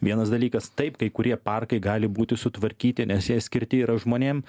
vienas dalykas taip kai kurie parkai gali būti sutvarkyti nes jie skirti yra žmonėm